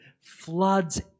floods